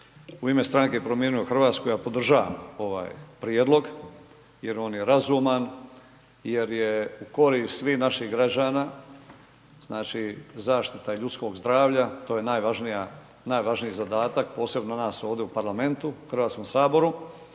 U ime stranke Promijenimo Hrvatsku ja podržavam ovaj prijedlog jer on je razuman, jer je u korist svih naših građana, znači, zaštita ljudskog zdravlja, to je najvažniji zadatak, posebno nas ovdje u parlamentu, HS-u, a